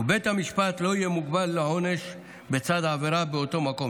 ובית המשפט לא יהיה מוגבל לעונש שבצד העבירה באותו מקום.